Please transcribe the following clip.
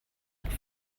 auch